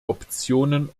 optionen